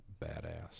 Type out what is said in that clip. badass